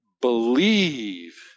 believe